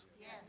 Yes